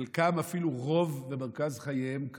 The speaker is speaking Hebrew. חלקם, אפילו רובם, מרכז חייהם כאן,